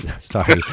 sorry